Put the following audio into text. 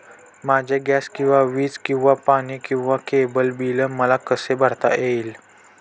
माझे गॅस किंवा वीज किंवा पाणी किंवा केबल बिल मला कसे भरता येईल?